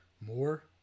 more